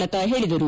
ಲತಾ ಹೇಳಿದರು